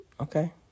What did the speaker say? Okay